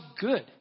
good